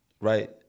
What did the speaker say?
right